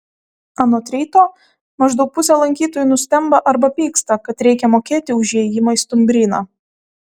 anot ryto maždaug pusė lankytojų nustemba arba pyksta kad reikia mokėti už įėjimą į stumbryną